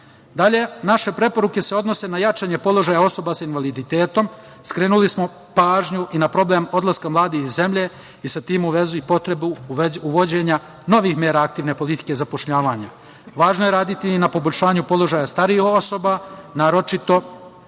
stanja. Dalje, naše preporuke se odnose na jačanje položaja osoba sa invaliditetom. Skrenuli smo pažnju i na problem odlaska mladih iz zemlje i sa tim u vezi potrebu uvođenja novih mera aktivne politike zapošljavanja. Važno je raditi i na poboljšanju položaja starijih osoba, naročito